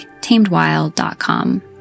tamedwild.com